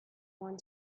want